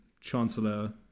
Chancellor